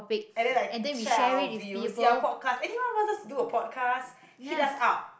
and then like check our views ya podcast anyone wants us to do a podcast hit us up